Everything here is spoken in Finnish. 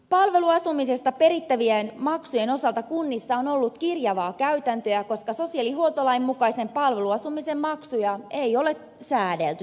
palveluasumisesta perittävien maksujen osalta kunnissa on ollut kirjavaa käytäntöä koska sosiaalihuoltolain mukaisen palveluasumisen maksuja ei ole säädelty tarkemmin